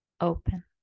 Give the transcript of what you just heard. open